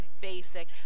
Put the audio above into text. basic